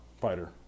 fighter